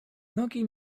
nogi